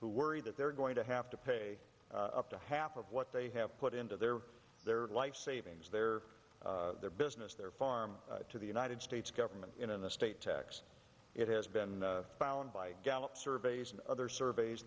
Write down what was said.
who worry that they're going to have to pay up to half of what they have put into their their life savings their their business their farm to the united states government in a state tax it has been found by gallup surveys and other surveys